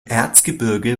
erzgebirge